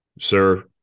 sir